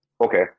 Okay